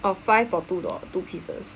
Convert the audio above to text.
or five for two orh two pieces